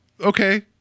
okay